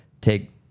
Take